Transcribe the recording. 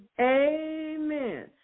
Amen